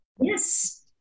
Yes